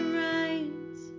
right